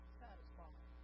satisfied